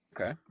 Okay